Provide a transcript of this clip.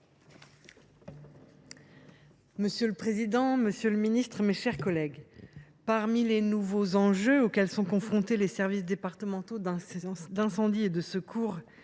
Monsieur le président, monsieur le ministre, mes chers collègues, parmi les nouveaux enjeux auxquels sont confrontés les services départementaux d’incendie et de secours,